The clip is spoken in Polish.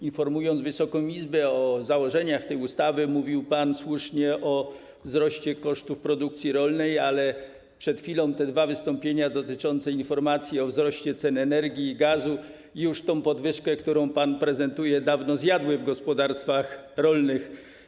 Informując Wysoką Izbę o założeniach tej ustawy, mówił pan słusznie o wzroście kosztów produkcji rolnej, ale to, o czym była mowa przed chwilą w tych dwóch wystąpieniach dotyczących informacji o wzroście cen energii i gazu, już tę podwyżkę, którą pan prezentuje, dawno zjadło w gospodarstwach rolnych.